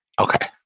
okay